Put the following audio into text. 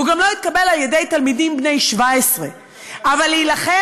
הוא גם לא התקבל על דעת תלמידים בני 17. הוא לא התקבל,